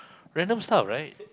random stuff right